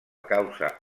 causa